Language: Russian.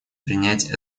принять